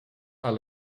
are